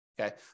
Okay